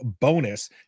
bonus